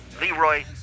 Leroy